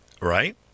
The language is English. right